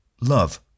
Love